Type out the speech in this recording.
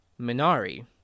minari